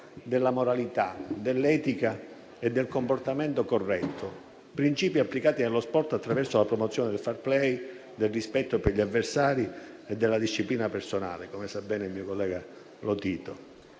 della moralità, dell'etica e del comportamento corretto: principi applicati nello sport attraverso la promozione del *fair play*, del rispetto per gli avversari e della disciplina personale, come sa bene il mio collega Lotito.